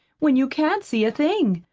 when you can't see a thing?